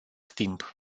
timp